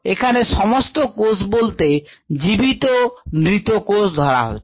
এখানে সমস্ত কোষ বলতে জীবিত ও মৃত কোষ ধরা হচ্ছে